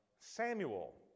Samuel